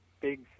big